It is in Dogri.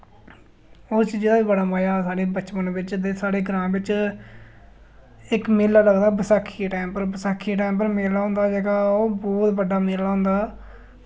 उस चीजा दा बी बड़ा मजा हा साढ़े बचपन बिच ते साढ़े ग्रां बिच इक मेला लगदा बसाखी दे टैम पर बसाखी दे टैम पर मेला होंदा जेह्का ओ बहुत बड्डा मेला होंदा